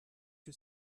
que